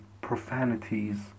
profanities